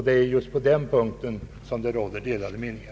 Det är just på den punkten som det råder delade meningar.